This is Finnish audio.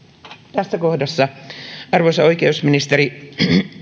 tässä kohdassa arvoisa oikeusministeri